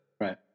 Right